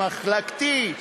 מחלקתי,